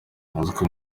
uziko